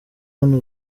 hano